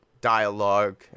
dialogue